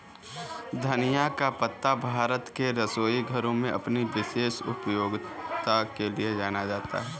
धनिया का पत्ता भारत के रसोई घरों में अपनी विशेष उपयोगिता के लिए जाना जाता है